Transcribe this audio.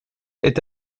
est